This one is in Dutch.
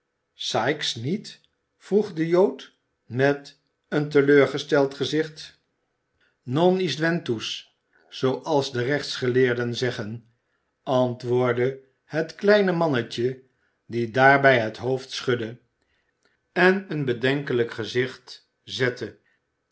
sikes niet vroeg de jood met een teleurgesteld gezicht non i s t w e n t u s zooals de rechtsgeleerden zeggen antwoordde het kleine mannetje die daarbij het hoofd schudde en een bedenkelijk gezicht zette